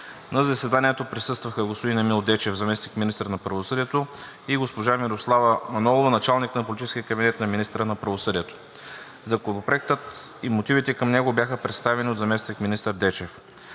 На заседанието присъстваха: господин Емил Дечев, заместник-министър на правосъдието, и госпожа Мирослава Манолова, началник на политическия кабинет на министъра на правосъдието. Законопроектът и мотивите към него бяха представени от заместник-министър Дечев.